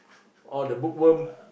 all the bookworm